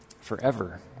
Forever